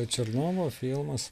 černovo filmas